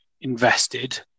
invested